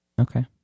Okay